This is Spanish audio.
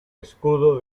escudo